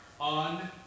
on